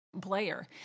player